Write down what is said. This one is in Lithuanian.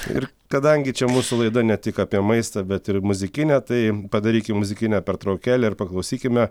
ir kadangi čia mūsų laida ne tik apie maistą bet ir muzikinė tai padarykim muzikinę pertraukėlę ir paklausykime